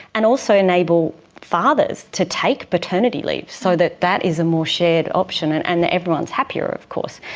and also enable fathers to take paternity leave so that that is a more shared option and and that everyone is happier of course.